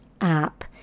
app